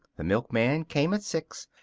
the milkman came at six,